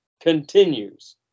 continues